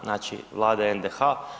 Znači Vlada NDH.